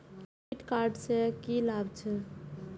डेविट कार्ड से की लाभ छै?